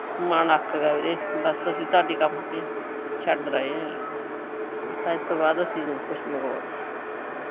ਮਨ ਅੱਕ ਗਿਆ ਵੀਰੇ ਬਸ ਅਸੀਂ ਤੁਹਾਡੀ ਕੰਪਨੀ ਛੱਡ ਰਹੇ ਹਾਂ ਅੱਜ ਤੋਂ ਬਾਅਦ ਅਸੀਂ ਨਹੀਂ ਕੁਛ ਮੰਗਵਾਉਂਦੇ